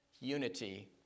unity